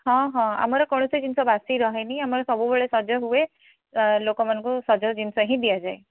ହଁ ହଁ ଆମର କୌଣସି ଜିନିଷ ବାସି ରହେନି ଆମର ସବୁବେଳେ ସଜ ହୁଏ ଲୋକମାନଙ୍କୁ ସଜ ଜିନିଷ ହିଁ ଦିଆଯାଏ